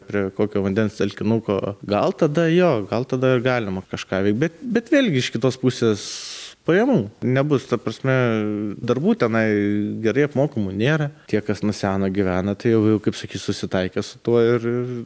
prie kokio vandens telkinuko gal tada jo gal tada galima kažką bet bet vėlgi iš kitos pusės pajamų nebus ta prasme darbų tenai gerai apmokamų nėra tie kas nuo seno gyvena tai jau kaip sakyt susitaikę su tuo ir